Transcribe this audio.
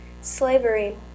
slavery